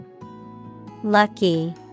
Lucky